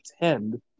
attend